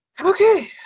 okay